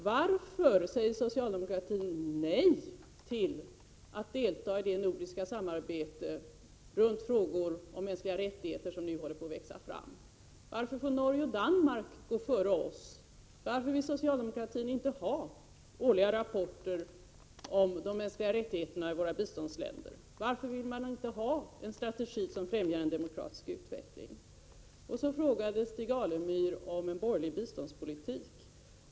Varför säger socialdemokraterna nej till att delta i det nordiska samarbete runt frågor om mänskliga rättigheter som nu håller på att växa fram? Varför får Norge och Danmark gå före oss? Varför vill socialdemokratin inte ha årliga rapporter om de mänskliga rättigheterna i våra biståndsländer? Varför vill man inte ha en strategi som främjar en demokratisk utveckling? Stig Alemyr ställde frågan om en borgerlig biståndspolitik.